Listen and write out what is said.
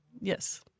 Yes